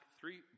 three